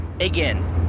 Again